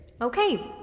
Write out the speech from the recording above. Okay